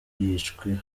yishwe